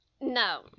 No